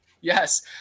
Yes